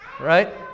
Right